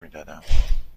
میدادم